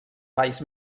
valls